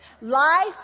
Life